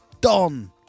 Don